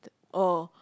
or